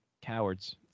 Cowards